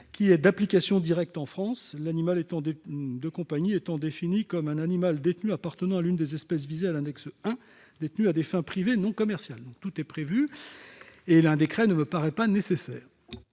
qui est d'application directe en France. Dans ce texte, l'animal de compagnie est défini comme « un animal détenu appartenant à l'une des espèces visées à l'annexe I, détenu à des fins privées non commerciales ». Tout est donc prévu, et un arrêté ne me paraît pas nécessaire.